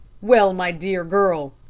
well, my dear girl,